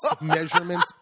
measurements